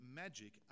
magic